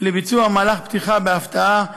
לביצוע מהלך פתיחה בהפתעה,